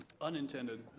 Unintended